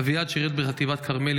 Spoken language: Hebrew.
אביעד שירת בחטיבת כרמלי,